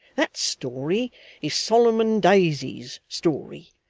that story is solomon daisy's story.